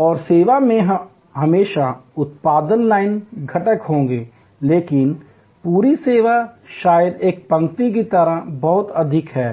और सेवा में हमेशा उत्पादन लाइन घटक होंगे लेकिन पूरी सेवा शायद एक पंक्ति की तरह बहुत अधिक है